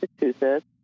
Massachusetts